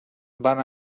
van